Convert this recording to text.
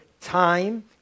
time